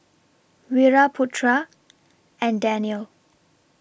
Wira Putra and Danial